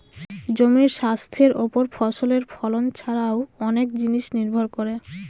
জমির স্বাস্থ্যের ওপর ফসলের ফলন ছারাও অনেক জিনিস নির্ভর করে